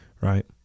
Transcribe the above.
right